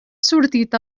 sortit